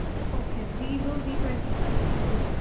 okay Vivo V twenty five G